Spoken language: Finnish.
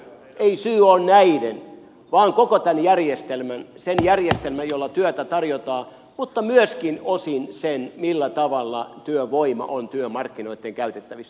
ei syy ole näiden vaan koko tämän järjestelmän sen järjestelmän jolla työtä tarjotaan mutta myöskin osin sen millä tavalla työvoima on työmarkkinoitten käytettävissä